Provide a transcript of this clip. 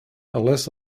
unless